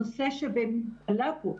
הנושא שעלה פה,